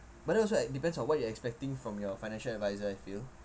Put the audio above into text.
but that also like depends on what you're expecting from your financial adviser I feel